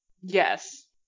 yes